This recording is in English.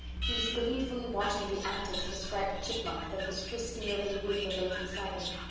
he was gleefully watching the antics of a striped chipmunk that was frisking over the roof of the little siding.